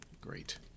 Great